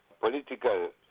political